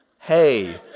Hey